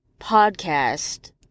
podcast